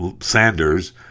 Sanders